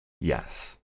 Yes